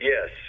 Yes